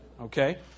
Okay